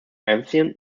ancient